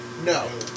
No